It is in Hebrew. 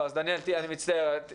רם שפע (יו"ר ועדת החינוך,